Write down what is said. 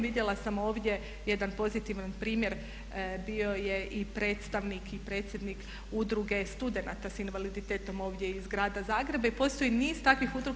Vidjela sam ovdje jedan pozitivan primjer bio je i predstavnik i predsjednik Udruge studenata sa invaliditetom ovdje iz grada Zagreba i postoji niz takvih udruga.